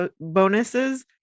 bonuses